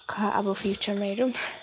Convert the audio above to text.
खा अब फ्युचरमा हेरौँ